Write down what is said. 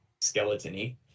skeleton-y